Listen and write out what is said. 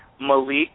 Malik